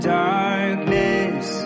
darkness